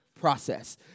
process